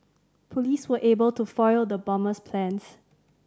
police were able to foil the bomber's plans